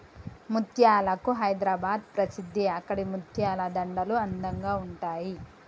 ముత్యాలకు హైదరాబాద్ ప్రసిద్ధి అక్కడి ముత్యాల దండలు అందంగా ఉంటాయి